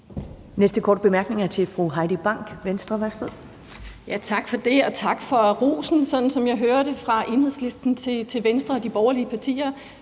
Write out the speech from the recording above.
næste korte bemærkning er til fru Heidi Bank, Venstre. Værsgo. Kl. 10:12 Heidi Bank (V): Tak for det, og tak for rosen, som jeg hører kommer fra Enhedslisten til Venstre og de borgerlige partier.